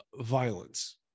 violence